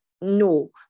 no